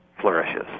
flourishes